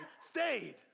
stayed